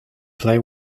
play